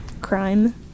crime